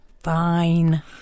Fine